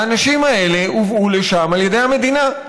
האנשים האלה הובאו לשם על ידי המדינה.